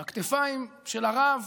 הכתפיים של הרב